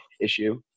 issue